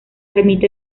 ermita